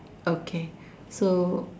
okay so